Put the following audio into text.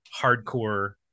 hardcore